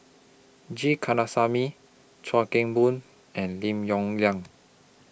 G Kandasamy Chuan Keng Boon and Lim Yong Liang